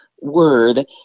word